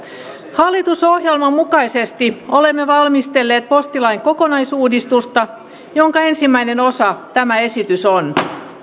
hallitusohjelman mukaisesti olemme valmistelleet postilain kokonaisuudistusta jonka ensimmäinen osa tämä esitys on